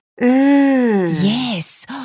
Yes